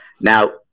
Now